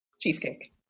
Cheesecake